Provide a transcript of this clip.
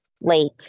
late